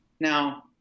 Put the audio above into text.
Now